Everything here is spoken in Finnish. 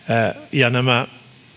nämä